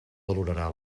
valorarà